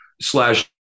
slash